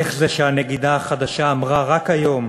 איך זה שהנגידה החדשה אמרה רק היום